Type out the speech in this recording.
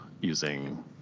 using